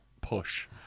push